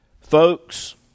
Folks